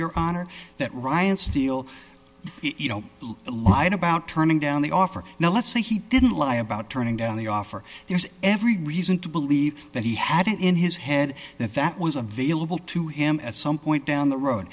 your honor that ryan steele lied about turning down the offer now let's say he didn't lie about turning down the offer there's every reason to believe that he had it in his head that that was a vailable to him at some point down the road